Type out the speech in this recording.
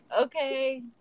okay